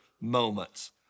moments